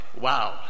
Wow